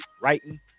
writing